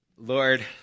Lord